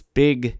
big